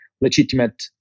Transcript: legitimate